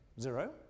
zero